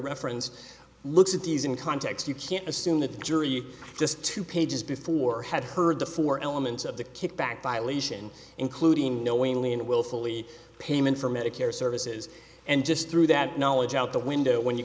referenced looks at these in context you can't assume that the jury just two pages before had heard the four elements of the kickback violation including knowingly and willfully payment for medicare services and just threw that knowledge out the window when you